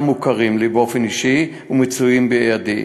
מוכרים לי באופן אישי ומצויים בידי.